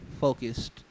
focused